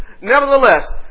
Nevertheless